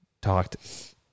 talked